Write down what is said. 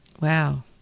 Wow